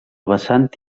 vessant